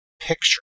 picture